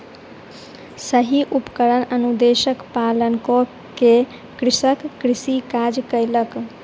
सही उपकरण अनुदेशक पालन कअ के कृषक कृषि काज कयलक